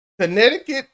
Connecticut